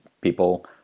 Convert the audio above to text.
people